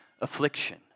affliction